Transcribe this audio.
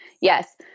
Yes